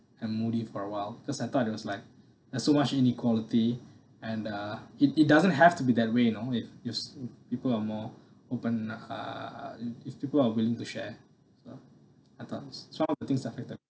and moody for awhile because I thought that was like there's so much inequality and uh it it doesn't have to be that way you know it it's people are more open uh if people are willing to share so I though is so all the thing are greater